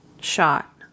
shot